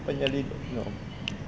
penyelindung